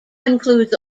includes